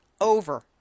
over